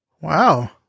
Wow